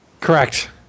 Correct